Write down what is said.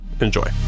Enjoy